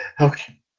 Okay